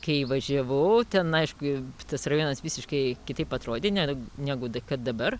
kai važiavau ten aišku tas rajonas visiškai kitaip atrodė ne negu kad dabar